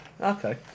Okay